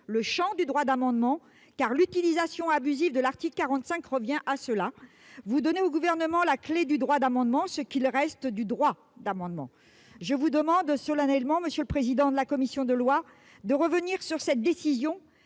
à cela que revient l'utilisation abusive de l'article 45. Vous donnez au Gouvernement la clef du droit d'amendement, de ce qu'il reste du droit d'amendement. Je vous demande solennellement, monsieur le président de la commission des lois, de revenir sur cette décision,